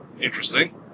interesting